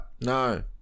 No